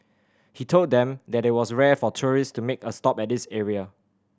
he told them that it was rare for tourist to make a stop at this area